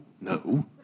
no